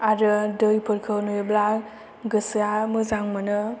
आरो दैफोरखौ नुयोब्ला गोसोआ मोजां मोनो